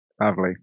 Lovely